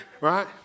Right